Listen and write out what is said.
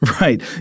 Right